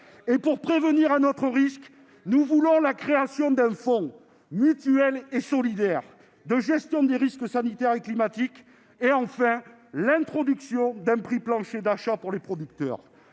et, pour prévenir un autre risque, nous voulons la création d'un fonds mutuel et solidaire de gestion des risques sanitaires et climatiques, ainsi que l'introduction d'un prix plancher d'achat pour les producteurs.